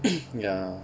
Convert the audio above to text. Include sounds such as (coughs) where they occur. (coughs) ya